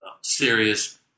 serious